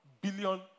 billion